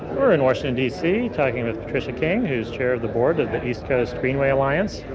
we're in washington, dc, talking with patricia king, who's chair of the board of the east coast greenway alliance.